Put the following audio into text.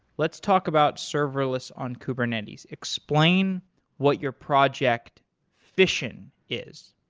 let's talk about serverless on kubernetes. explain what your project fission, is.